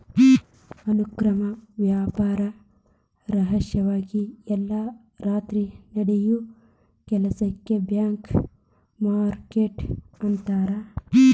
ಅಕ್ರಮ ವ್ಯಾಪಾರ ರಹಸ್ಯವಾಗಿ ಎಲ್ಲಾ ರಾತ್ರಿ ನಡಿಯೋ ಕೆಲಸಕ್ಕ ಬ್ಲ್ಯಾಕ್ ಮಾರ್ಕೇಟ್ ಅಂತಾರ